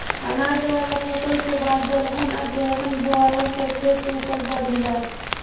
अनाज वाला फसल के बाद दलहन आ तेलहन बोआला से खेत के ऊपज बढ़ेला